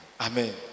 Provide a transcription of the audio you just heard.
Amen